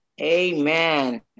Amen